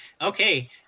Okay